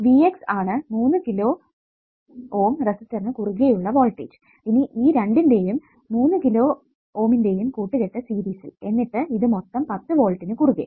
V x ആണ് 3 kilo Ω റെസിസ്റ്ററിനു കുറുകെ ഉള്ള വോൾടേജ് ഇനി ഈ 2 ന്റെയും 3 കിലോ Ω ന്റെയും കൂട്ടുകെട്ട് സീരിസ്സിൽ എന്നിട്ട് ഇത് മൊത്തം 10 വോൾട്ടിന് കുറുകെ